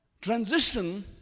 Transition